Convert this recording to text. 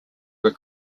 were